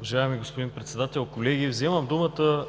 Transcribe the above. Уважаеми господин Председател, колеги! Вземам думата